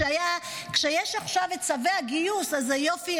כשיש עכשיו את צווי הגיוס אז יופי,